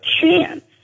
chance